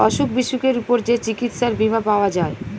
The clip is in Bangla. অসুখ বিসুখের উপর যে চিকিৎসার বীমা পাওয়া যায়